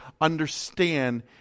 understand